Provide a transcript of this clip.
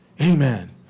Amen